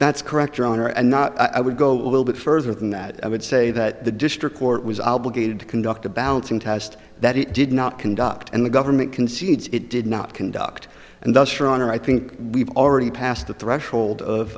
that's correct your honor and not i would go a little bit further than that i would say that the district court was obligated to conduct a balancing test that it did not conduct and the government concedes it did not conduct and thus your honor i think we've already passed the threshold of